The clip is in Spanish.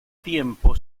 tiempo